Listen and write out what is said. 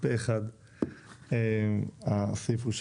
הצבעה לא אושרה עכשיו אפשר להצביע בעצם על כל סעיף 3 והחלקים שלא אושרו.